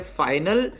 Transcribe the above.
final